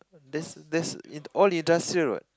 that's that's in~ all industrial what